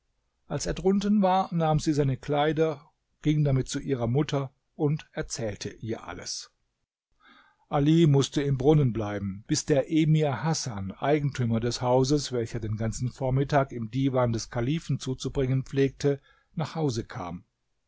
als er drunten war nahm sie seine kleider ging damit zu ihrer mutter und erzählte ihr alles ali mußte im brunnen bleiben bis der emir hasan eigentümer des hauses welcher den ganzen vormittag im divan des kalifen zuzubringen pflegte nach hause kam